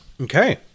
Okay